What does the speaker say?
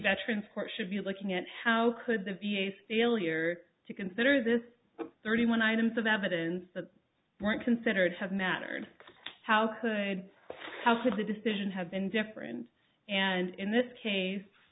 veterans court should be looking at how could the v a s failure to consider this thirty one items of evidence that weren't considered have mattered how could how should the decision have been different and in this case